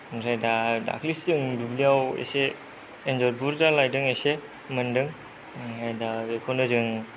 ओमफ्राय दा दाख्लैसो जों दुब्लियाव इसे एन्जर बुरजा लायदों इसे मोनदोंओमफाय दा बेखौनो जों